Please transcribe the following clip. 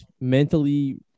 mentally